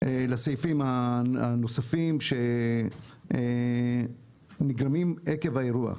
לסעיפים הנוספים שנגרמים עקב האירוע,